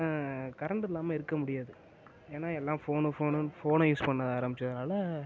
current இல்லாமல் இருக்க முடியாது ஏன்னா எல்லாம் ஃபோனு ஃபோனுன்னு ஃபோனை யூஸ் பண்ண ஆரம்பித்ததுனால